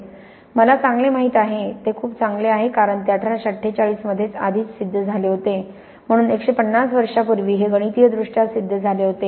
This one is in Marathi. " मला चांगले माहित आहे ते खूप चांगले आहे कारण ते 1848 मध्ये आधीच सिद्ध झाले होते म्हणून 150 वर्षांपूर्वी हे गणितीयदृष्ट्या सिद्ध झाले होते